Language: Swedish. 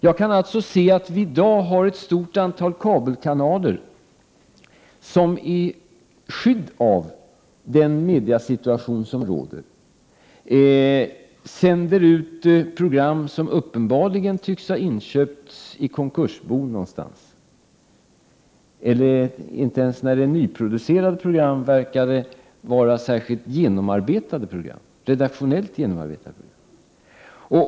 Jag kan alltså se att vi i dag har ett stort antal kabelkanaler, som i skydd av den rådande mediasituationen sänder ut program, som uppenbarligen tycks ha inköpts i ett konkursbo någonstans. Inte ens nyproducerade program verkar vara särskilt redaktionellt genomarbetade.